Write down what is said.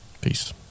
peace